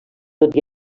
tot